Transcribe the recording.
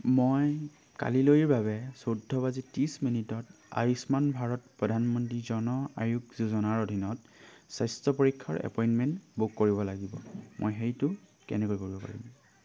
মই কালিলৈৰ বাবে চৈধ্য বাজি ত্ৰিছ মিনিটত আয়ুষ্মান ভাৰত প্ৰধানমন্ত্ৰী জন আৰোগ্য যোজনাৰ অধীনত স্বাস্থ্য পৰীক্ষাৰ এপইণ্টমেণ্ট বুক কৰিব লাগিব মই সেইটো কেনেকৈ কৰিব পাৰিম